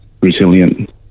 resilient